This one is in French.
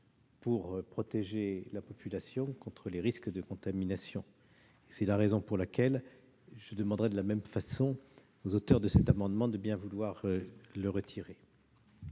pour protéger la population contre les risques de contamination. C'est la raison pour laquelle je demande aux auteurs de cet amendement de bien vouloir le retirer.